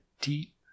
deep